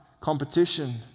competition